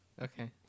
Okay